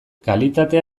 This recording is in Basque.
kalitatea